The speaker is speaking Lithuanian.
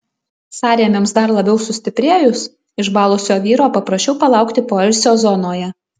sąrėmiams dar labiau sustiprėjus išbalusio vyro paprašiau palaukti poilsio zonoje